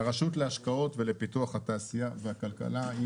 הרשות להשקעות ולפיתוח התעשייה והכלכלה היא